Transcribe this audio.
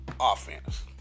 offense